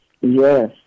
Yes